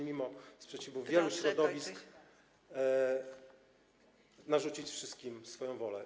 Mimo sprzeciwów wielu środowisk chcecie narzucić wszystkim swoją wolę.